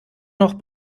noch